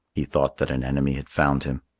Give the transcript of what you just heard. he thought that an enemy had found him.